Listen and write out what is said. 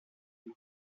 une